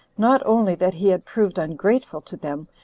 not only that he had proved ungrateful to them,